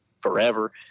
forever